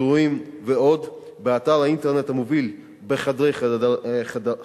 אירועים ועוד באתר האינטרנט המוביל "בחדרי חרדים",